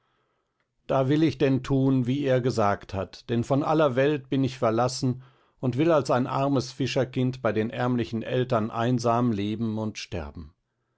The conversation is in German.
da will ich denn tun wie er gesagt hat denn von aller welt bin ich verlassen und will als ein armes fischerkind bei den ärmlichen eltern einsam leben und sterben